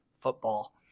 football